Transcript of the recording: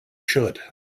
should